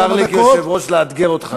מותר לי כיושב-ראש לאתגר אותך,